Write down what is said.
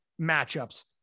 matchups